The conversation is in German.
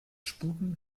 sputen